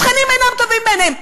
השכנים אינם טובים בעיניהם.